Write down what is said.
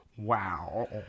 Wow